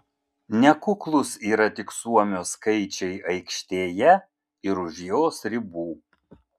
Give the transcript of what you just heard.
nekuklūs yra tik suomio skaičiai aikštėje ir už jos ribų